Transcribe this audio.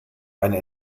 eine